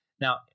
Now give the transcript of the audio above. Now